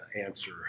answer